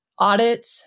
audit